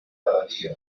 daria